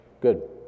Good